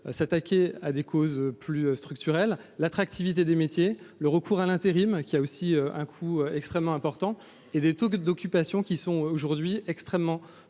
s'attaquer à des causes plus structurelles, dont l'attractivité des métiers, le recours à l'intérim, qui a aussi un coût très élevé, et les taux d'occupation, qui sont aujourd'hui trop